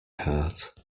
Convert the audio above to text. heart